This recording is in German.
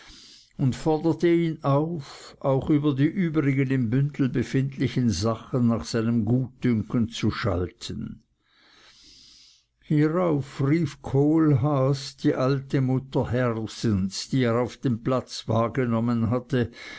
und forderte ihn auf auch über die übrigen im bündel befindlichen sachen nach seinem gutdünken zu schalten hierauf rief kohlhaas die alte mutter hersens die er auf dem platz wahrgenommen hatte